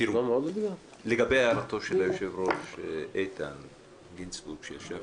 באשר להערת היושב-ראש איתן גינזבורג שיושב